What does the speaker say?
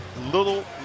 little